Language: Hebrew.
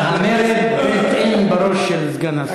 המרד built in בראש של סגן השר,